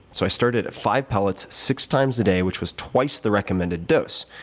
so, i started at five pellets, six times a day, which was twice the recommended dose.